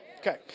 Okay